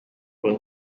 will